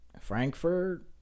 Frankfurt